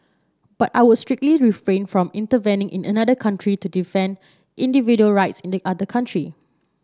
but I would strictly refrain from intervening in another country to defend individual rights in the other country